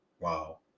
Wow